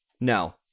No